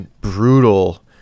brutal